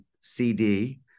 CD